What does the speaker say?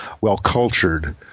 well-cultured